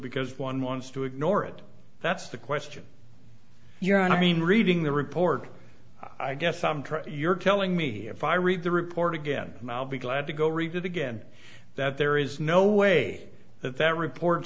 because one wants to ignore it that's the question you're i mean reading the report i guess i'm trying you're telling me if i read the report again i'll be glad to go read it again that there is no way that that report